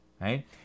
right